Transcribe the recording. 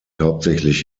hauptsächlich